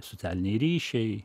socialiniai ryšiai